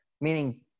Meaning